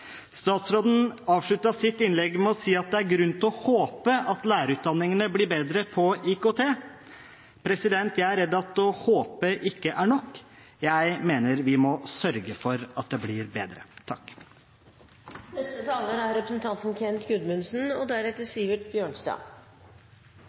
Statsråden avsluttet sitt innlegg med å si at det er grunn til å håpe at lærerutdanningene blir bedre på IKT. Jeg er redd for at å håpe ikke er nok – jeg mener vi må sørge for at de blir bedre.